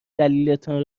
دلیلتان